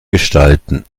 gestalten